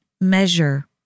measure